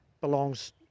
belongs